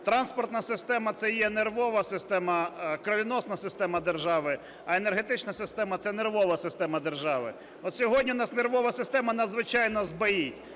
Транспортна система – це є нервова система… кровоносна система держави, а енергетична система – це нервова система держави. От сьогодні в нас нервова система надзвичайно збоїть.